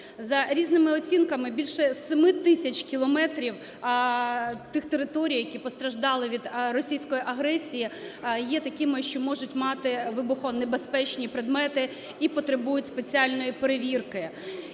За різними оцінками, більше 7 тисяч кілометрів тих територій, які постраждали від російської агресії, є такими, що можуть мати вибухонебезпечні предмети і потребують спеціальної перевірки.